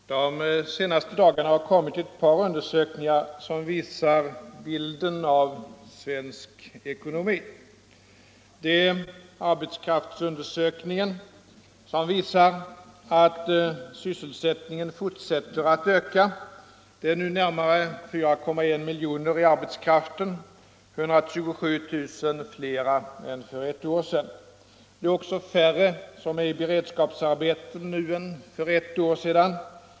Fru talman! Under de senaste dagarna har det kommit ett par undersökningar som ger oss en god bild av svensk ekonomi. Det är arbetskraftsundersökningen, som visar att sysselsättningen fortsätter att öka. Nu finns närmare 4,1 miljoner i arbetskraften — 127 000 flera än för ett år sedan. Det är också färre i beredskapsarbeten nu än för ett år sedan.